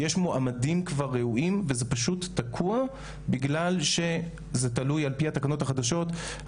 יש מועמדים ראויים וזה פשוט תקוע בגלל שזה תלוי על פי התקנות החדשות,